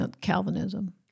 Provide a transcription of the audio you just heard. Calvinism